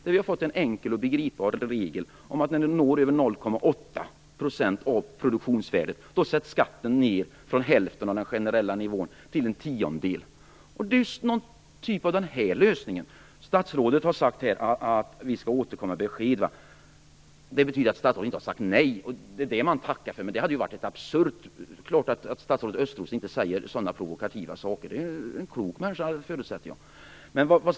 Det finns nu en enkel och begriplig regel om att när skatten uppgår till 0,8 % av produktionsvärdet, då sätts skatten ned från hälften av den generella nivån till en tiondel. Här kan man ta till någon liknande typ av lösning. Statsrådet har sagt att man skall återkomma med besked. Det betyder att statsrådet inte har sagt nej. Det är det som man tackar för. Men det hade ju varit absurt. Det är klart att statsrådet Östros inte säger sådana provokativa saker. Jag förutsätter att han är en klok människa.